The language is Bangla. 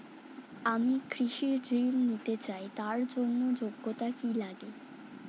আমি কৃষি ঋণ নিতে চাই তার জন্য যোগ্যতা কি লাগে?